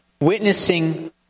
witnessing